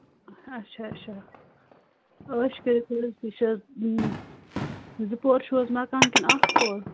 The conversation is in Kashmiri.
اَچھا اَچھا ٲش کٔرِتھ یہِ چھےٚ حظ زٕ پۅہَر چھُو حظ مَکان کِنہٕ اکھ پۅہر